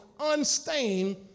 unstained